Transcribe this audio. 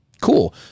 cool